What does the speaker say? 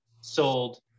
sold